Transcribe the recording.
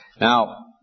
Now